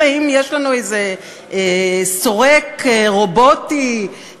אלא אם כן יש לנו איזה סורק רובוטי על-חושי,